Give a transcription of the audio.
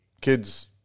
kids